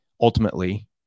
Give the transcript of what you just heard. Ultimately